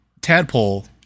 tadpole